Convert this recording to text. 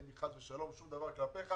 אין לי חס ושלום שום דבר כלפיך,